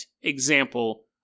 example